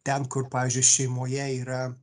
ten kur pavyzdžiui šeimoje yra